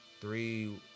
three